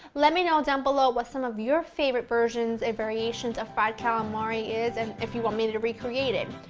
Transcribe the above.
let me know down below what some of your favorite versions and variations of fried calamari are and if you want me to recreate it.